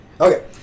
Okay